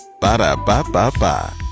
Ba-da-ba-ba-ba